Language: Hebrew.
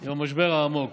עם המשבר העמוק.